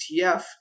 ETF